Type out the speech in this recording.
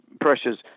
pressures